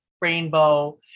rainbow